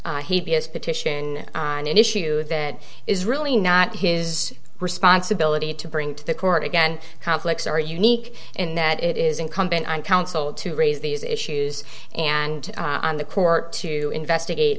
one b s petition on an issue that is really not his responsibility to bring to the court again conflicts are unique in that it is incumbent on counsel to raise these issues and on the court to investigate